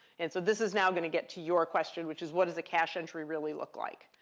and so this is now going to get to your question, which is, what does a cache entry really look like?